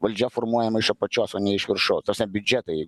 valdžia formuojama iš apačios o ne iš viršaus ta prasme biudžetai